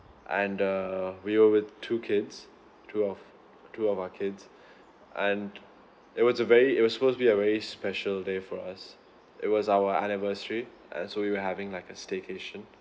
and uh we were with two kids two of two of our kids and it was a very it was supposed to be a very special day for us it was our anniversary and so we were having like a staycation